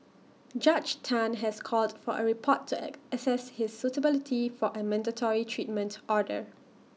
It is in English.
Judge Tan has called for A report to access his suitability for A mandatory treatment order